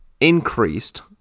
increased